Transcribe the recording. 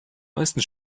meisten